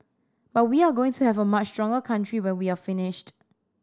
but we're going to have a much stronger country when we're finished